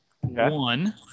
One